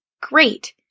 great